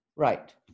Right